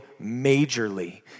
majorly